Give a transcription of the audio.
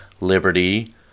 liberty